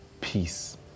peace